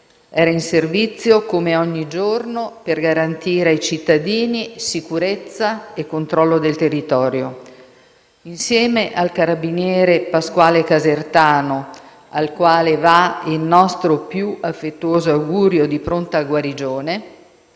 era in servizio, come ogni giorno, per garantire ai cittadini sicurezza e controllo del territorio. Insieme al carabiniere Pasquale Casertano, al quale va il nostro più affettuoso augurio di pronta guarigione,